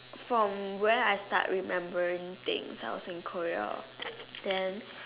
from where I start remembering things I was in Korea then